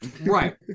Right